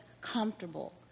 comfortable